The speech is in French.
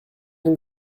donc